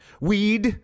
Weed